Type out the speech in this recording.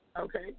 Okay